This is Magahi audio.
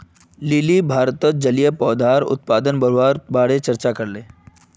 लिली भारतत जलीय पौधाक उत्पादन बढ़वार बारे चर्चा करले